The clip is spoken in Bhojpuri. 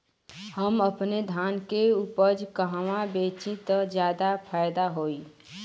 हम अपने धान के उपज कहवा बेंचि त ज्यादा फैदा होई?